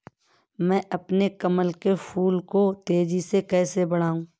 मैं अपने कमल के फूल को तेजी से कैसे बढाऊं?